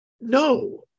no